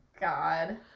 God